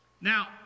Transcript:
now